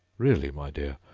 really, my dear,